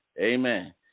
Amen